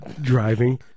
Driving